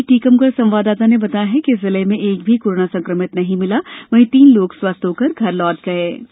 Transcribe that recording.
हमारे टीकमगढ़ संवाददाता ने खबर दी है कि जिले में एक भी कोरोना संक्रमित नहीं मिला वहीं तीन लोग स्वस्थ होकर घर लौट गये